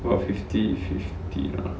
about fifty fifty lah